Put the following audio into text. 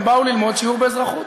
הם באו ללמוד שיעור באזרחות.